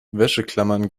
wäscheklammern